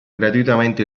gratuitamente